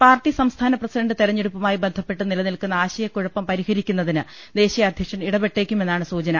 party സംസ്ഥാന president തെരഞ്ഞെടുപ്പുമായി ബന്ധ പ്പെട്ട് നിലനിൽക്കുന്ന ആശയക്കു ഴപ്പം പരിഹരിക്കു ന്നതിന് ദേശീയാധൃക്ഷൻ ഇടപെട്ടേക്കുമെന്നാണ് സൂചന